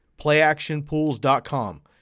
Playactionpools.com